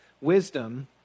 wisdom